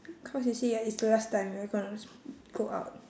cause you see ah it's the last time we're gonna go out